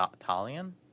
Italian